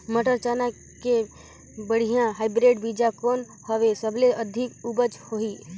मटर, चना के बढ़िया हाईब्रिड बीजा कौन हवय? सबले अधिक उपज होही?